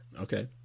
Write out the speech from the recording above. Okay